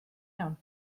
iawn